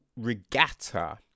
Regatta